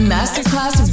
Masterclass